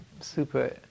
Super